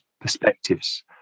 perspectives